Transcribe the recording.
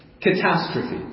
catastrophe